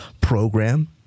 program